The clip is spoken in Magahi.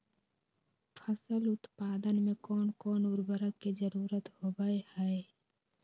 फसल उत्पादन में कोन कोन उर्वरक के जरुरत होवय हैय?